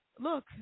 Look